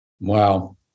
Wow